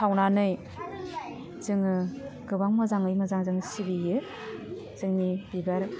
सावनानै जोङो गोबां मोजाङै मोजां जों सिबियो जोंनि बिबार